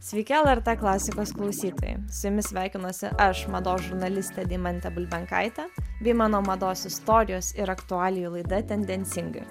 sveiki lrt klasikos klausytojai su jumis sveikinuosi aš mados žurnalistė deimantė bulbenkaitė bei mano mados istorijos ir aktualijų laida tendencingai